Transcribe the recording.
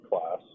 class